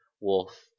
Wolf